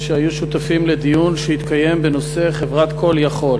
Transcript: שהיו שותפים לדיון שהתקיים בנושא חברת "call יכול".